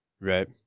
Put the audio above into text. Right